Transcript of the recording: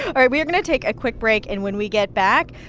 all right. we're going to take a quick break, and when we get back,